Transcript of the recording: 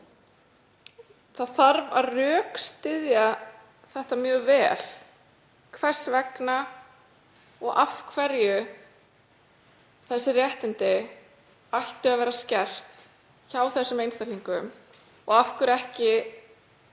Það þarf að rökstyðja það mjög vel hvers vegna þessi réttindi ættu að vera skert hjá þessum einstaklingum og af hverju ekki